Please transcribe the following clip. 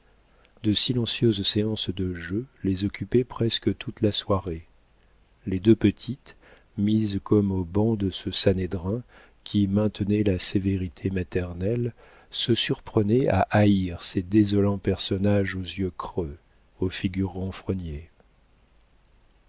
de silencieuses séances de jeu les occupaient presque toute la soirée les deux petites mises comme au ban de ce sanhédrin qui maintenait la sévérité maternelle se surprenaient à haïr ces désolants personnages aux yeux creux aux figures